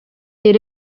est